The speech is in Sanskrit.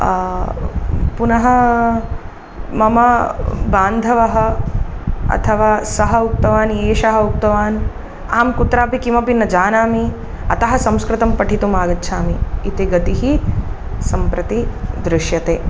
पुनः मम बान्धवः अथवा सः उक्तान् एषः उक्तवान् अहं कुत्रापि किमपि न जानामि अतः संस्कृतं पठितुम् आगच्छामि इति गतिः सम्प्रति दृश्यते